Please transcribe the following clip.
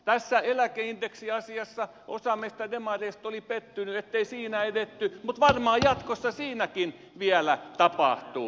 tässä eläkeindeksiasiassa osa meistä demareista oli pettyneitä ettei siinä edetty mutta varmaan jatkossa siinäkin vielä tapahtuu